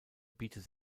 bietet